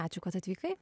ačiū kad atvykai